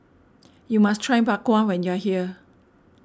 you must try Bak Kwa when you are here